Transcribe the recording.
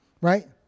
Right